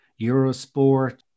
Eurosport